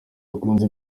akunze